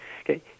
Okay